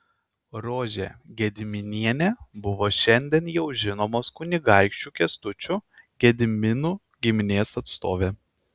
rožė gediminienė buvo šiandien jau žinomos kunigaikščių kęstučių gediminų giminės atstovė